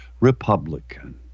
Republican